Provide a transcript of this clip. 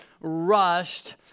rushed